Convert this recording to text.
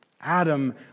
Adam